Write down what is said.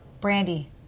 Brandy